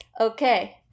Okay